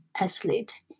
athlete